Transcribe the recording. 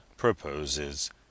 proposes